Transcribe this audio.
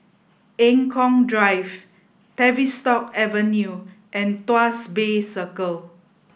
Eng Kong Drive Tavistock Avenue and Tuas Bay Circle